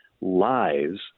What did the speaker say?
lives